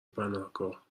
پناهگاه